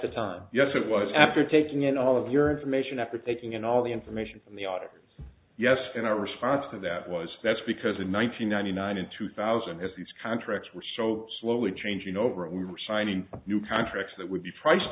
the time yes it was after taking in all of your information after taking in all the information from the audit yes in our response to that was that's because in one nine hundred ninety nine in two thousand as these contracts were so slowly changing over it we were signing new contracts that would be priced